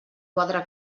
quadre